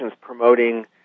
promoting